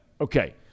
Okay